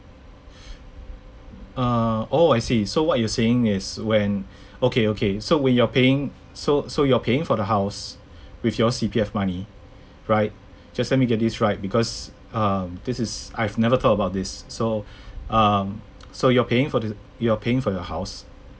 err oh I see so what you're saying is when okay okay so when you're paying so so you're paying for the house with your C_P_F money right just let me get this right because um this is I've never thought about this so um so you're paying for thi~ you're paying for your house